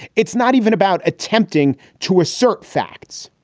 it's not even about attempting to assert facts.